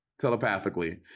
telepathically